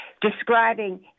describing